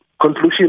conclusion